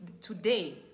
today